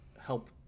help